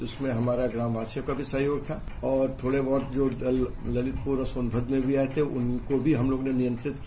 इसमें हमारा ग्रामवासियों का भी सहयोग था और थोड़े बहुत जो दल ललितपुर और सोनभद्र में भी आये थे उनको भी हम लोगों ने नियंत्रित किया